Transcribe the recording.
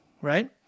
right